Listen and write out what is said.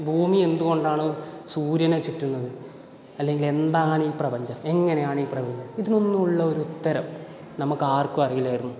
ഭൂമി എന്തുകൊണ്ടാണ് സൂര്യനെ ചുറ്റുന്നത് അല്ലെങ്കിൽ എന്താണ് ഈ പ്രപഞ്ചം എങ്ങനെയാണ് ഈ പ്രപഞ്ചം ഇതിനൊന്നും ഉള്ള ഒരു ഉത്തരം നമുക്കാർക്കും അറിയില്ലായിരുന്നു